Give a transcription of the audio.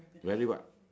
very what